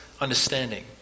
understanding